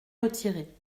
retiré